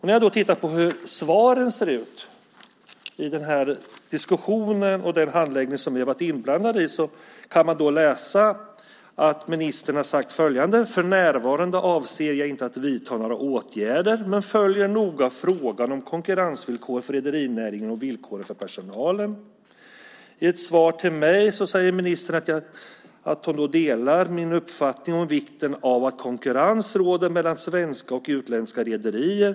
När jag då tittar på hur svaren ser ut i den här diskussionen och den handläggning som vi har varit inblandade i kan jag läsa att ministern har sagt följande: "För närvarande avser jag inte att vidta några åtgärder men jag följer noga frågan om konkurrensvillkor för rederinäringen och villkoren för personalen." I ett svar till mig säger ministern att hon delar min uppfattning om vikten av att konkurrens råder mellan svenska och utländska rederier.